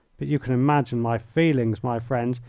but you can imagine my feelings, my friends,